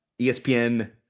ESPN